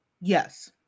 yes